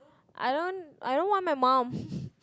I don't I don't want my mum